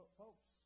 folks